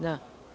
Da.